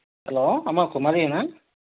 hello అమ్మా కుమారియేనా